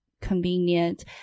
convenient